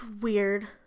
weird